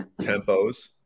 tempos